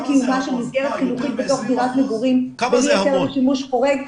מסגרת חינוכית בתוך דירת מגורים ומבקשים שימוש חורג,